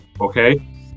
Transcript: okay